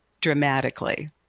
dramatically